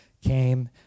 came